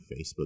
Facebook